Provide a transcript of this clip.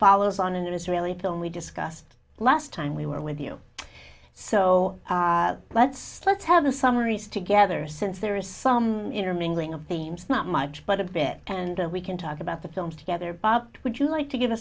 follows on an israeli film we discussed last time we were with you so let's let's have the summaries together since there is some intermingling of themes not much but a bit and that we can talk about the film together bob would you like to g